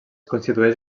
constitueix